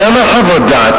גם על חוות דעת.